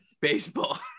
Baseball